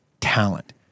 talent